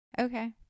Okay